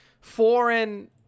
foreign